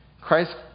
christ